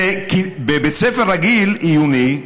בבית ספר רגיל, עיוני,